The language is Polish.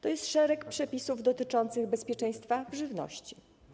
To jest szereg przepisów dotyczących bezpieczeństwa żywności.